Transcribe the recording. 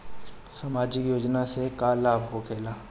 समाजिक योजना से का लाभ होखेला?